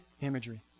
imagery